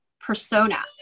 persona